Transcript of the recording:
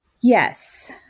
Yes